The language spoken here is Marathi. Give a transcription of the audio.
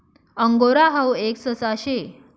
अंगोरा हाऊ एक ससा शे